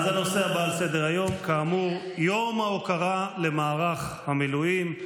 אני מכבד את חיילי המילואים בלעשות מילואים,